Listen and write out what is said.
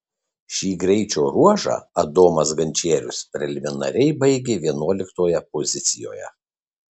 šį greičio ruožą adomas gančierius preliminariai baigė vienuoliktoje pozicijoje